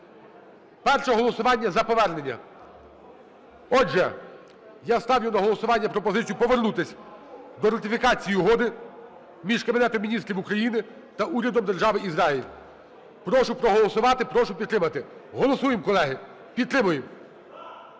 Перше голосування за повернення. Отже, я ставлю на голосування пропозицію повернутись до ратифікації Угоди між Кабінетом Міністрів України та Урядом Держави Ізраїль. Прошу проголосувати. Прошу підтримати. Голосуємо, колеги, підтримуємо.